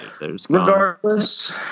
regardless